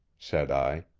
said i.